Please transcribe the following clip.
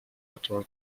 natural